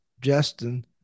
Justin